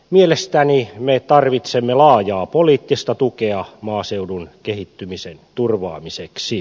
mielestäni me tarvitsemme laajaa poliittista tukea maaseudun kehittymisen turvaamiseksi